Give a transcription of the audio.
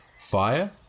fire